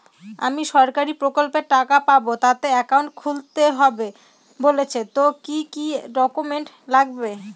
আমি সরকারি প্রকল্পের টাকা পাবো তাতে একাউন্ট খুলতে হবে বলছে তো কি কী ডকুমেন্ট লাগবে?